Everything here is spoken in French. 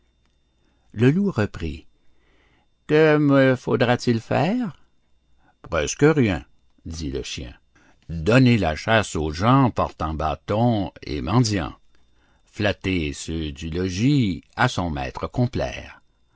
le loup reprit que me faudra-t-il faire presque rien dit le chien donner la chasse aux gens portants bâtons et mendiants flatter ceux du logis à son maître complaire